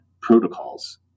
protocols